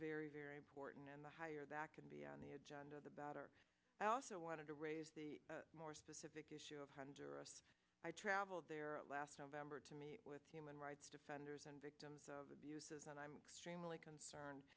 very very important and the higher that can be on the agenda the better i also wanted to raise the more specific issue of honduras i traveled there last november to meet with human rights defenders and victims of abuses and i'm really concerned